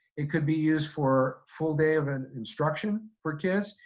it could be used for full day of an instruction for kids.